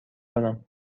کنم